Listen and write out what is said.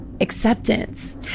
Acceptance